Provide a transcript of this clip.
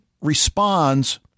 responds